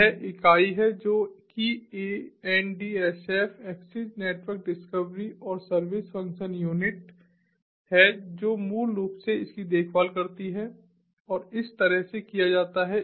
यह इकाई है जो कि ANDSF एक्सेस नेटवर्क डिस्कवरी और सर्विस फंक्शन यूनिट है जो मूल रूप से इसकी देखभाल करती है और इस तरह से किया जाता है